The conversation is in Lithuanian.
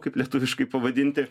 kaip lietuviškai pavadinti